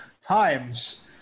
times